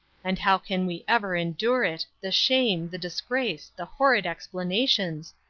and how can we ever endure it, the shame, the disgrace, the horrid explanations,